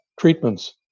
treatments